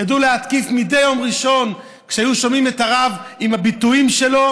ידעו להתקיף מדי יום ראשון כשהיו שומעים את הרב עם הביטויים שלו.